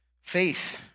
Faith